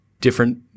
different